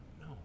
No